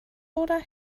oder